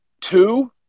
two